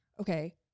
Okay